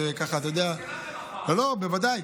תסיק מסקנות, בוודאי.